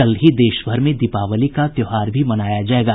कल ही देशभर में दिपावली का त्यौहार भी मनाया जायेगा